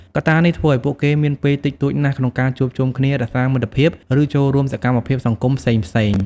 កត្តានេះធ្វើឱ្យពួកគេមានពេលតិចតួចណាស់ក្នុងការជួបជុំគ្នា រក្សាមិត្តភាព ឬចូលរួមសកម្មភាពសង្គមផ្សេងៗ ។